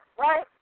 Right